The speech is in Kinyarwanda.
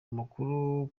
amakuru